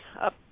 up